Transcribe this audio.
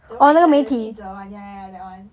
the one is like the 记者 [one] ya ya ya that [one]